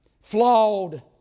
flawed